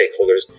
stakeholders